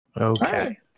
Okay